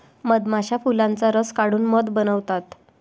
मधमाश्या फुलांचा रस काढून मध बनवतात